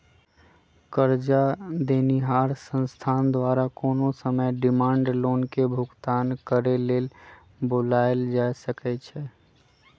करजा देनिहार संस्था द्वारा कोनो समय डिमांड लोन के भुगतान करेक लेल बोलायल जा सकइ छइ